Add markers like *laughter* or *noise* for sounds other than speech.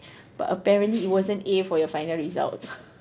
but apparently it wasn't A for your final results *laughs*